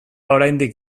oraindik